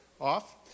off